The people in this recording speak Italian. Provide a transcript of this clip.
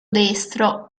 destro